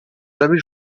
jamais